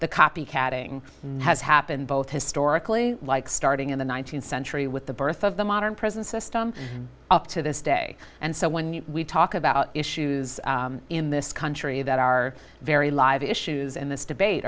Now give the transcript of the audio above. the copycatting has happened both historically like starting in the nineteenth century with the birth of the modern prison system up to this day and so when we talk about issues in this country that are very live issues and this debate